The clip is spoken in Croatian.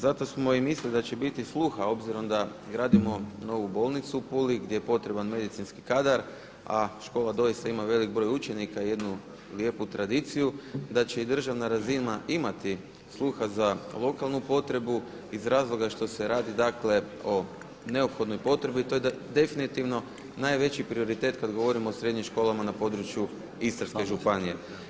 Zato smo i mislili da će biti sluha obzirom da gradimo novu bolnicu u Puli gdje je potreban medicinski kadar a škola doista ima velik broj učenika i jednu lijepu tradiciju da će i državna razina imati sluha za lokalnu potrebu iz razloga što se radi dakle o neophodnoj potrebi to je da definitivno najveći prioritet kad govorimo o srednjim školama na području Istarske županije.